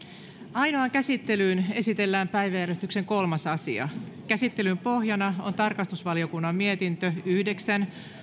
ainoaan käsittelyyn esitellään päiväjärjestyksen kolmas asia käsittelyn pohjana on tarkastusvaliokunnan mietintö yhdeksän